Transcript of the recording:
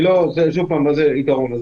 מה זה יתרון?